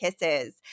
kisses